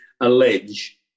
allege